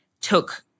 took